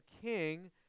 king